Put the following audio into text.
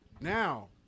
Now